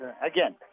again